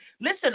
Listen